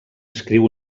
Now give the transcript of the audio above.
escriu